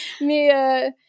Mais